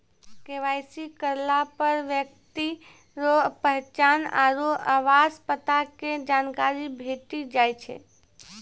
KYC करलापर ब्यक्ति रो पहचान आरु आवास पता के जानकारी भेटी जाय छै